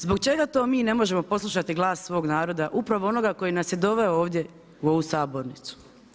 Zbog čega to mi ne možemo poslušati glas svog naroda upravo onoga koji nas je doveo ovdje u ovu sabornicu.